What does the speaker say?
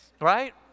right